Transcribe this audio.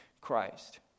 Christ